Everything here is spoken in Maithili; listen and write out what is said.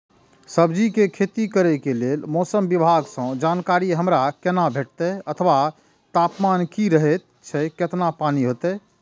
सब्जीके खेती करे के लेल मौसम विभाग सँ जानकारी हमरा केना भेटैत अथवा तापमान की रहैत केतना पानी होयत?